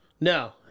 no